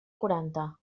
quaranta